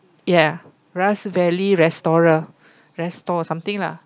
ya rust valley restorer restore something lah